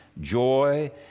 joy